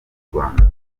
rwanda